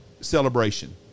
Celebration